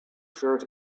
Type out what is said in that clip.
shirt